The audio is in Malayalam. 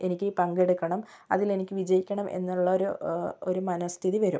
എനിക്ക് പങ്കെടുക്കണം അതിലെനിക്ക് വിജയിക്കണം എന്നുള്ള ഒരു ഒരു മനസ്ഥിതി വരും